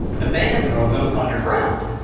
the ban drove them underground.